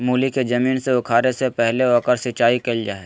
मूली के जमीन से उखाड़े से पहले ओकर सिंचाई कईल जा हइ